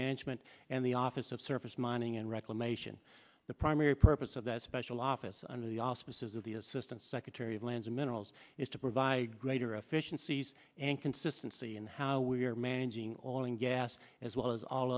management and the office of surface mining and reclamation the primary purpose of that special office under the auspices of the assistant secretary of lands of minerals is to provide greater efficiencies and consistency in how we are managing all owing gas as well as all